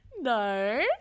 no